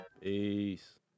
Peace